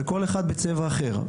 וכל אחד בצבע אחר.